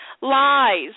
lies